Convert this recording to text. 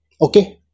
okay